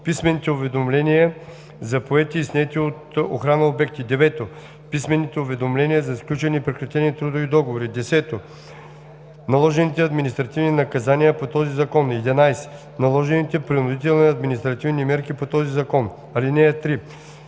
писмените уведомления за поети и снети от охрана обекти; 9. писмените уведомления за сключени и прекратени трудови договори; 10. наложените административни наказания по този закон; 11. наложените принудителни административни мерки по този закон. (3)